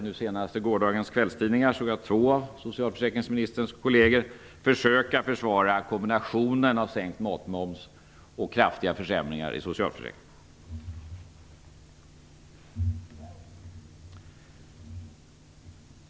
I gårdagens kvällstidningar var det två av socialförsäkringsministerns kolleger som försökte försvara kombinationen av sänkt matmoms och kraftiga försämringar i socialförsäkringarna.